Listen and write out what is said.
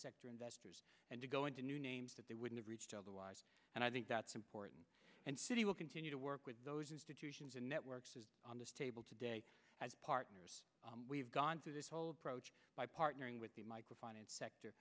sector investors and to go into new names that they wouldn't reach otherwise and i think that's important and city will continue to work with those institutions and networks is on the table today as partners we've gone through this whole approach by partnering with the micro finance sector